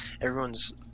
everyone's